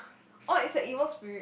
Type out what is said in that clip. oh it's a evil spirit